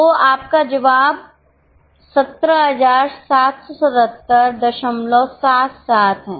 तो आपका जवाब 1777777 है